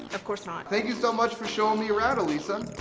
of course, not! thank you so much for showing me around elysa.